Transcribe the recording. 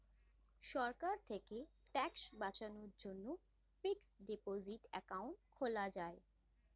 সরকার থেকে ট্যাক্স বাঁচানোর জন্যে ফিক্সড ডিপোসিট অ্যাকাউন্ট খোলা যায়